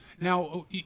Now